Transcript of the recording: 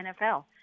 NFL